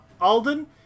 Alden